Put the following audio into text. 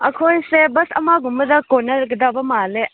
ꯑꯩꯈꯣꯏꯁꯦ ꯕꯁ ꯑꯃꯒꯨꯝꯕꯗ ꯀꯣꯟꯅꯒꯗꯕ ꯃꯥꯜꯂꯦ